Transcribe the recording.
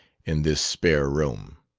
in this spare room.